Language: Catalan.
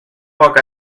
poc